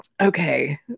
okay